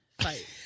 fight